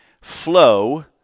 flow